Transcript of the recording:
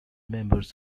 members